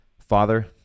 Father